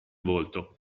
volto